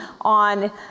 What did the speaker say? on